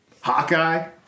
Hawkeye